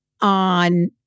on